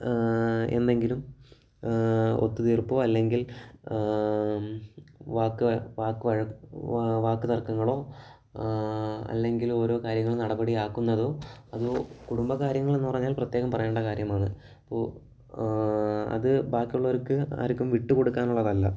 എന്നെങ്കിലും ഒത്തുതീർപ്പോ അല്ലെങ്കിൽ വാക്കുതർ വാക്കുവഴ വാക്കു തർക്കങ്ങളോ അല്ലെങ്കിലോരോ കാര്യങ്ങൾ നടപടിയാക്കുന്നതോ അതോ കുടുംബകാര്യങ്ങൾ എന്നുപറഞ്ഞാൽ പ്രത്യേകം പറയേണ്ട കാര്യമാണ് അപ്പോൾ അതു ബാക്കിയുള്ളവര്ക്ക് ആർക്കും വിട്ടുകൊടുക്കാനുള്ളതല്ല